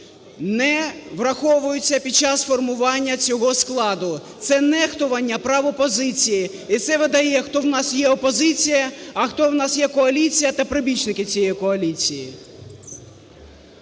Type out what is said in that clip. не враховуються під час формування цього складу. Це нехтування прав опозиції, і це видає, хто в нас є опозиція, а хто в нас є коаліція та прибічники цієї коаліції.